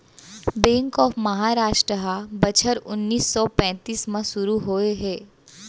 bank of Maharashtra ह बछर उन्नीस सौ पैतीस म सुरू होए हे